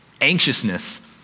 Anxiousness